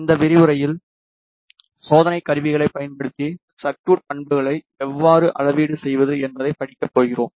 இந்த விரிவுரையில் சோதனைக் கருவிகளைப் பயன்படுத்தி சர்குய்ட் பண்புகளை எவ்வாறு அளவீடு செய்வது என்பதைப் படிக்கப் போகிறோம்